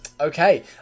Okay